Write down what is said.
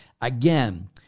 again